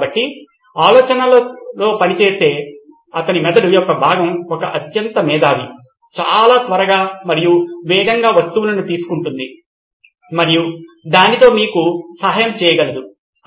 కాబట్టి ఆలోచనలో పనిచేసే అతని మెదడు యొక్క భాగం ఒక అత్యంత మేధావి చాలా త్వరగా మరియు వేగంగా వస్తువులను తీసుకుంటుంది మరియు దానితో మీకు సహాయం చేయగలదు